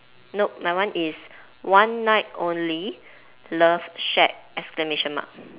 nope my one is one night only love shack exclamation mark